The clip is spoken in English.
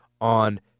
on